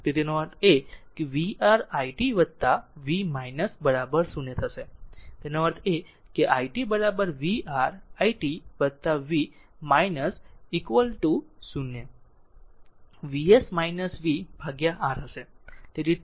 તેથી તેનો અર્થ એ કે તે V R i t v 0 હશે તેનો અર્થ એ કે i t V R i t v equal to 0 V s v ભાગ્યા R હશે